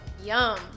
Yum